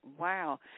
wow